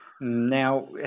Now